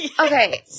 Okay